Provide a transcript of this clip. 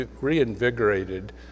reinvigorated